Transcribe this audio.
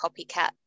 copycat